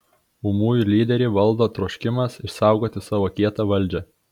ūmųjų lyderį valdo troškimas išsaugoti savo kietą valdžią